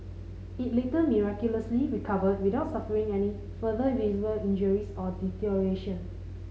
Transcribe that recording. it later miraculously recovered without suffering any further visible injuries or deterioration